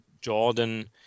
Jordan